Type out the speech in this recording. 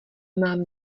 mám